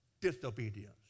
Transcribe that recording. Disobedience